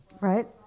right